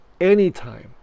anytime